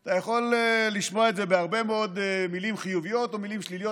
אתה יכול לשמוע בהרבה מאוד מילים חיוביות או מילים שליליות,